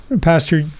Pastor